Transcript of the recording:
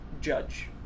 judge